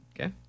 Okay